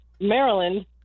Maryland